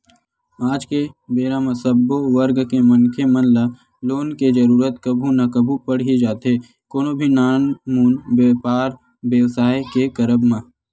आज के बेरा म सब्बो वर्ग के मनखे मन ल लोन के जरुरत कभू ना कभू पड़ ही जाथे कोनो भी नानमुन बेपार बेवसाय के करब म